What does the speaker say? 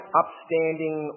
upstanding